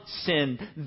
sin